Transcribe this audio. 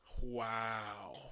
Wow